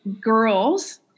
girls